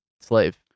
slave